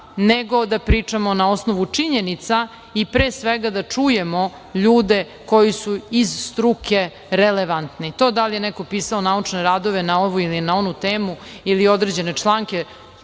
nego da pričamo na osnovu činjenica i pre svega da čujemo ljude koji su iz struke relevantni. To da li je neko posao naučne radove na ovu ili na onu temu ili određene članke,